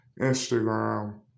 Instagram